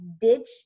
Ditch